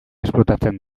esplotatzen